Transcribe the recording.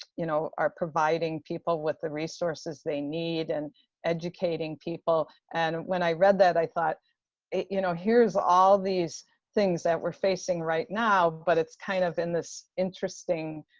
you know, are providing people with the resources they need, and educating people. and when i read that, i thought it, you know, here's all these things that we're facing right now. but it's kind of in this interesting,